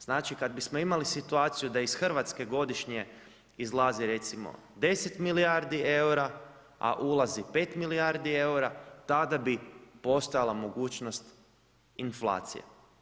Znači kad bismo imali situaciju da iz Hrvatske godišnje izlazi recimo 10 milijardi eura a ulazi 5 milijardi eura, tada bi postojala mogućnost inflacije.